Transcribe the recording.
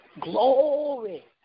Glory